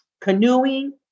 canoeing